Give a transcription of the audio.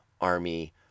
army